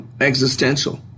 existential